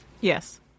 Yes